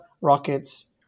Rockets